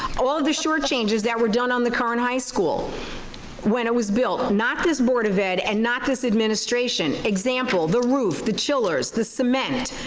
all of the short changes that were done on the current high school when it was built. not this board of ed and not this administration. example, the roof, the chillers, the cement,